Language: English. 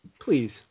Please